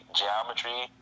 geometry